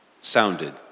sounded